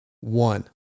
One